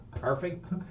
perfect